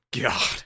God